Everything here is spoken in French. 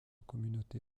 communauté